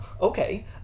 okay